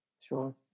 sure